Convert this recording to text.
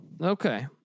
Okay